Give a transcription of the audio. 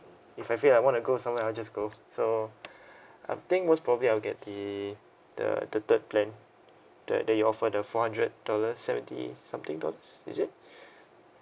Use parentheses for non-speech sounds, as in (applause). if I feel I want to go somewhere I'll just go so (breath) I think most probably I'll get the the the third plan that that you offer the four hundred dollars seventy something dollars is it (breath)